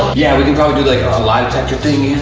yeah we can probably do like a lie detector thing.